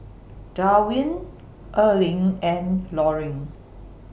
Darwyn Erling and Loring